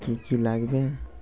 কী কী লাগবে